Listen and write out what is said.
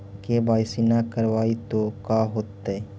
KYC न करवाई तो का हाओतै?